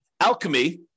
Alchemy